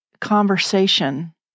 conversation